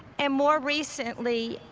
and more recently,